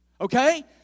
okay